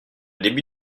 début